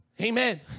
Amen